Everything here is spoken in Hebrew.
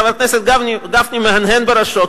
חבר הכנסת גפני מהנהן בראשו,